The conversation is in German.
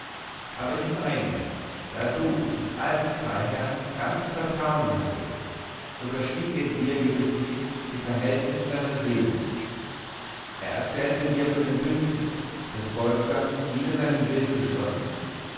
aber ich meine da du des alten freiherrn ganzes vertrauen hattest so verschwieg er dir gewiß nicht die verhältnisse seiner söhne er erzählte dir von dem bündnis das wolfgang wider seinen willen geschlossen